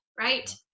Right